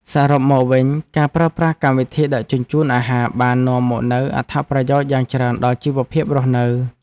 សរុបមកវិញ ការប្រើប្រាស់កម្មវិធីដឹកជញ្ជូនអាហារបាននាំមកនូវអត្ថប្រយោជន៍យ៉ាងច្រើនដល់ជីវភាពរស់នៅ។